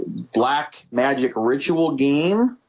black magic ritual game